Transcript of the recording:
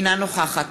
אינה נוכחת